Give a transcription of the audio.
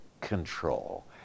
control